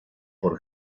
por